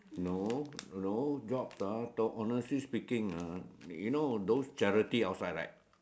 no no jobs ah honestly speaking ah you know those charity outside right